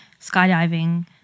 skydiving